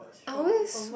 I always